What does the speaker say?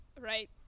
right